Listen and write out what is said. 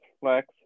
flex